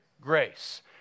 Grace